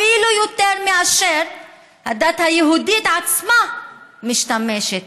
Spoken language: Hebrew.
אפילו יותר משהדת היהודית עצמה משתמשת